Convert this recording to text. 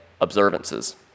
observances